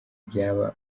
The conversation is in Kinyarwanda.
byaba